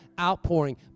outpouring